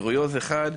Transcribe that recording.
קוריוז אחד,